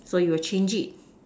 so you will change it